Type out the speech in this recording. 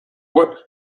what